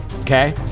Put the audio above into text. Okay